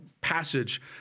passage